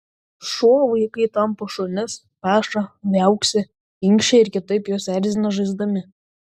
šuo vaikai tampo šunis peša viauksi inkščia ir kitaip juos erzina žaisdami